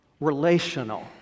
relational